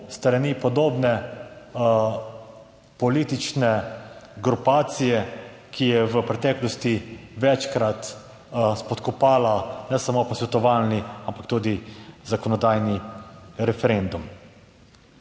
strani podobne politične grupacije, ki je v preteklosti večkrat spodkopala ne samo posvetovalni ampak tudi zakonodajni referendum.